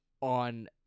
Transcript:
on